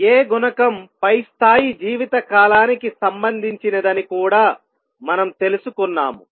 A గుణకం పై స్థాయి జీవితకాలానికి సంబంధించినదని కూడా మనం తెలుసుకున్నాము